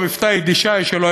במבטא היידישאי שלו,